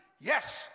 Yes